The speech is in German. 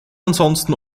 ansonsten